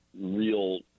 real